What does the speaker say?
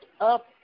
up